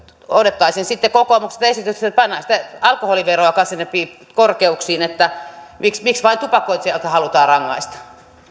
odottaisin sitten kokoomukselta esitystä että pannaan sitä alkoholiveroa kanssa sinne korkeuksiin miksi miksi vain tupakoitsijoita halutaan rangaista